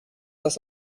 das